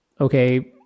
Okay